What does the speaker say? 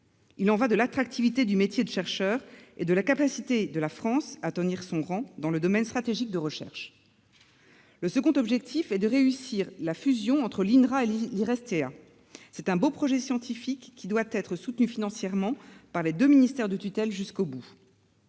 Il y va de l'attractivité du métier de chercheur et de la capacité de la France à tenir son rang dans le domaine stratégique de recherche. Le second objectif est de réussir la fusion entre l'INRA et l'IRSTEA. C'est un beau projet scientifique, qui doit être soutenu financièrement par les deux ministères de tutelle jusqu'au bout.